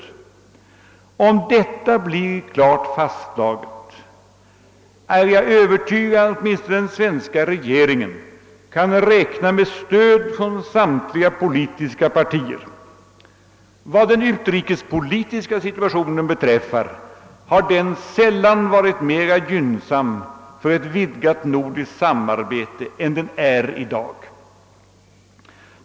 Jag är övertygad om att ifall detta blir klart fastslaget, så kan åtminstone den svenska regeringen räkna med stöd från samtliga politiska partier. — Vad den utrikespolitiska situationen beträffar har denna sällan varit mer gynnsam för ett vidgat nordiskt samarbete än den är i dag.